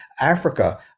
Africa